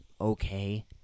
okay